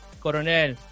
coronel